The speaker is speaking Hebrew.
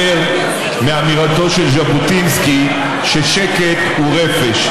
מאמירתו של ז'בוטינסקי ששקט הוא רפש.